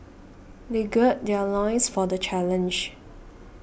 they gird their loins for the challenge